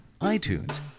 iTunes